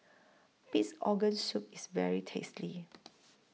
Pig'S Organ Soup IS very tasty